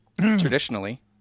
traditionally